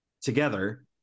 together